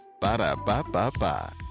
Ba-da-ba-ba-ba